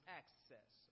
access